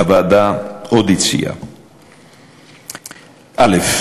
עוד הציעה הוועדה: א.